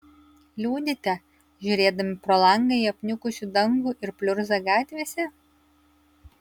liūdite žiūrėdami pro langą į apniukusį dangų ir pliurzą gatvėse